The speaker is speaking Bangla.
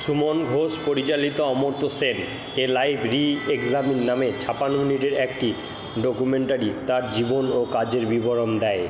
সুমন ঘোষ পরিচালিত Amartya Sen a life reexamined নামে ছাপ্পান্ন মিনিটের একটি ডকুমেন্টারি তার জীবন ও কাজের বিবরণ দেয়